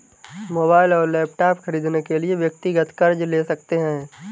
mobile और laptop खरीदने के लिए व्यक्तिगत कर्ज ले सकते है